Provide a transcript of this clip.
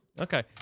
okay